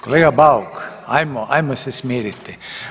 Kolega Bauk, ajmo, ajmo se smiriti.